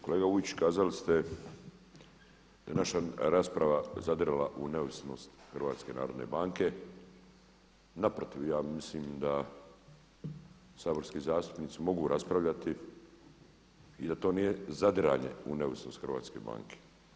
Kolega Vujčić kazali ste da je naša rasprava zadirala u neovisnost HNB-a, naprotiv ja mislim da saborski zastupnici mogu raspravljati i da to nije zadiranje u neovisnost hrvatske banke.